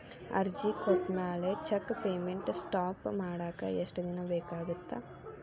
ಅರ್ಜಿ ಕೊಟ್ಮ್ಯಾಲೆ cheque payment stop ಮಾಡಾಕ ಎಷ್ಟ ದಿನಾ ಬೇಕಾಗತ್ತಾ